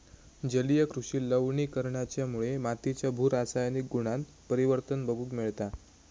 जलीय कृषि लवणीकरणाच्यामुळे मातीच्या भू रासायनिक गुणांत परिवर्तन बघूक मिळता